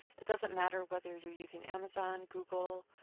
it doesn't matter whether you're using amazon, google,